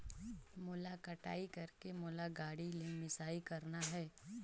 मोला कटाई करेके मोला गाड़ी ले मिसाई करना हे?